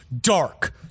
dark